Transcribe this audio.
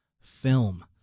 film